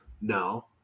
no